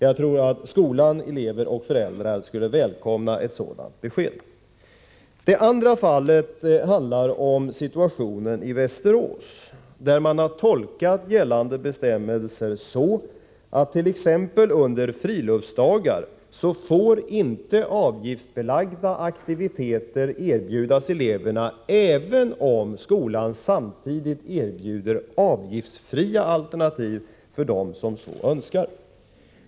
Jag tror att skolan, elever och föräldrar skulle välkomna ett positivt besked. Det andra fallet handlar om situationen i Västerås. Där har man tolkat gällande bestämmelser så, att eleverna under t.ex. friluftsdagar inte får erbjudas avgiftsbelagda aktiviteter, även om skolan samtidigt erbjuder avgiftsfria alternativ för dem som så önskar.